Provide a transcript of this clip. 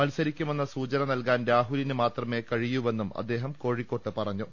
മത്സരിക്കുമെന്ന സൂചന നൽകാൻ രാഹുലിന് മാത്രമേ കഴിയൂവെന്നും അദ്ദേഹം കോഴിക്കോട്ട് പറഞ്ഞു